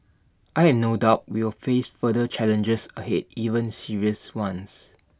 I have no doubt we will face further challenges ahead even serious ones